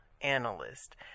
Analyst